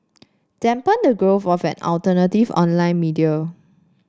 dampen the growth of alternative online media